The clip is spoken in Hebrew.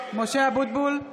--- (קוראת בשמות חברי הכנסת)